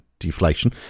Deflation